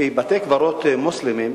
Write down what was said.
שבתי-קברות מוסלמיים